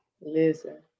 Listen